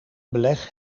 beleg